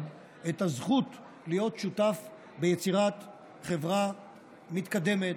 את הזכות להיות שותף ביצירת חברה מתקדמת,